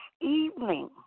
evening